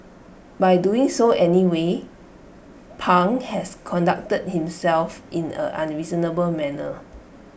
by doing so anyway pang has conducted himself in an unreasonable manner